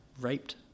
raped